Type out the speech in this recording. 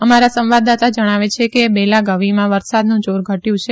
અમારા સંવાદદાતા જણાવે છે કે બેલાગવીમાં વરસાદનું જાર ઘટયું છે